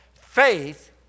Faith